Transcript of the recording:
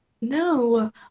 No